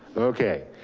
okay.